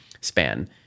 span